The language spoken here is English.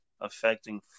affecting